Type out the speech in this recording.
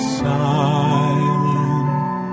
silent